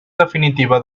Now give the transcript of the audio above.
definitiva